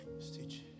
stitch